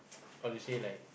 what to say like